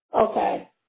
Okay